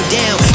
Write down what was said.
down